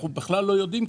אנחנו בכלל לא יודעים,